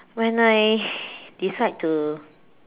when I decide to